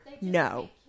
No